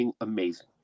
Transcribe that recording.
amazing